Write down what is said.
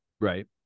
right